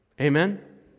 Amen